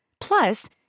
Plus